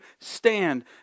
stand